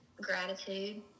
gratitude